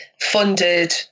funded